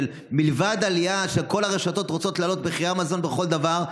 שמלבד העלייה שכל הרשתות רוצות להעלות את מחירי המזון בכל דבר,